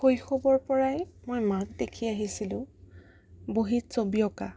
শৈশৱৰপৰাই মই মাক দেখি আহিছিলো বহীত ছবি অঁকা